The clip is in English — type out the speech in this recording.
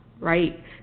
right